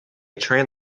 train